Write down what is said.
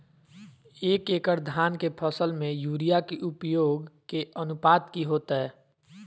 एक एकड़ धान के फसल में यूरिया के उपयोग के अनुपात की होतय?